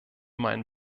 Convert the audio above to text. meinen